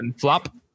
flop